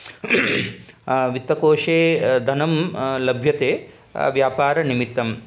वित्तकोशे धनं लभ्यते व्यापारनिमित्तं